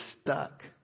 stuck